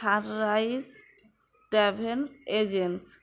rice travel agency